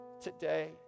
today